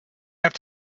have